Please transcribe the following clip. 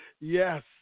Yes